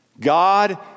God